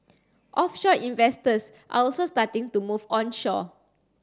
offshore investors are also starting to move onshore